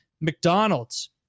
McDonald's